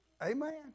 Amen